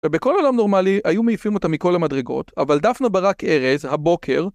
ובכל עולם נורמלי היו מעיפים אותם מכל המדרגות, אבל דפנה ברק ארז, הבוקר